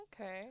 Okay